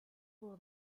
will